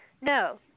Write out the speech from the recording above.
No